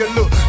Look